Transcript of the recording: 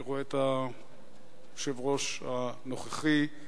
שרואה את היושב-ראש הנוכחי,